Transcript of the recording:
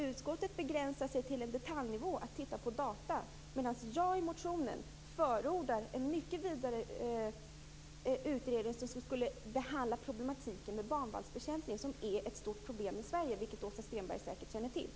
Utskottet begränsar sig till en detaljnivå, att titta på data, medan jag i motionen förordar en mycket vidare utredning, som skulle behandla problematiken med banvallsbekämpningen. Den är ett stort problem i Sverige, vilket Åsa Stenberg säkert känner till.